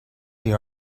the